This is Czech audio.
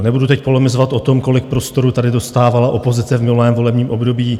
Nebudu teď polemizovat o tom, kolik prostoru tady dostávala opozice v minulém volebním období.